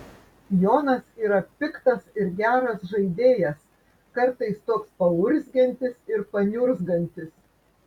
jonas yra piktas ir geras žaidėjas kartais toks paurzgiantis ir paniurzgantis